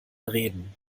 reden